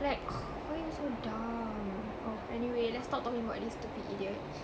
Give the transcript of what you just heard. like why you so dumb ugh anyway let's stop talking about this stupid idiot